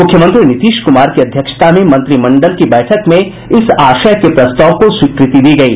मुख्यमंत्री नीतीश कुमार की अध्यक्षता में मंत्रिमंडल की बैठक में इस आशय के प्रस्ताव को स्वीकृति दी गयी